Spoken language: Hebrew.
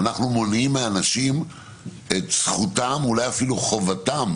אנחנו מונעים מאנשים את זכותם, אולי אפילו חובתם